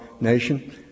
nation